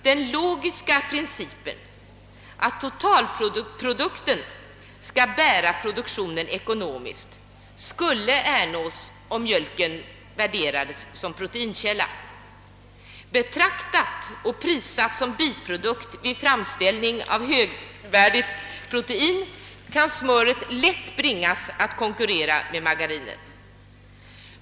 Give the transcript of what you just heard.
Den logiska principen, att totalprodukten skall bära produktionen ekonomiskt, skulle ernås om mjölken värderades som proteinkälla. Betraktat och prissatt som en biprodukt vid framställning av högvärdigt protein kan smöret lätt bringas att konkurrera med margarinet.